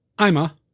Ima